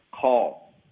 call